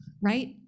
right